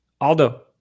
Aldo